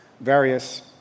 various